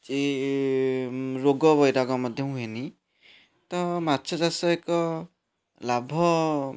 ଯେ ରୋଗ ବୈରାଗ୍ୟ ମଧ୍ୟ ହୁଏନି ତ ମାଛ ଚାଷ ଏକ ଲାଭ